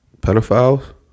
pedophiles